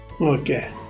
okay